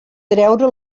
treure